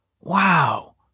Wow